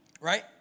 Right